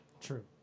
True